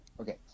Okay